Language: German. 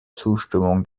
zustimmung